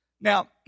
Now